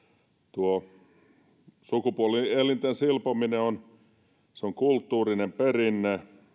tuo sukupuolielinten silpominen on kulttuurinen perinne